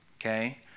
okay